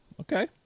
Okay